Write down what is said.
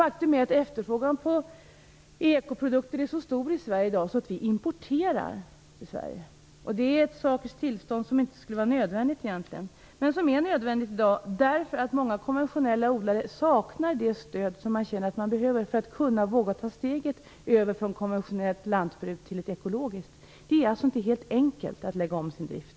Faktum är att efterfrågan på ekoprodukter är så stor att vi importerar sådana till Sverige i dag. Det skulle egentligen inte vara nödvändigt, men det är nödvändigt därför att många konventionella odlare saknar det stöd som de behöver för att våga ta steget över från ett konventionellt lantbruk till ett ekologiskt. Det är inte så enkelt att lägga om sin drift.